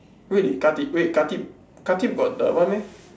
really Khatib wait Khatib Khatib got the what meh